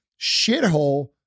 shithole